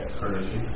Courtesy